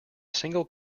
single